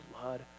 blood